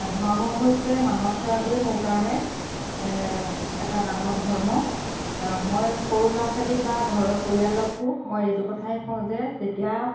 ধৰ্ম হৈছে মানৱ সেৱাটোৱে মোৰ কাৰণে এটা ডাঙৰ ধৰ্ম মই সৰু ল'ৰা ছোৱালী বা ঘৰৰ পৰিয়ালকো মই এইটো কথাই কওঁ যে যেতিয়া